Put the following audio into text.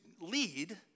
lead